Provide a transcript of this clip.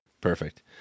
perfect